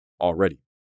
already